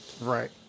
Right